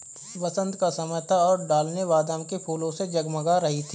बसंत का समय था और ढलानें बादाम के फूलों से जगमगा रही थीं